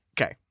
Okay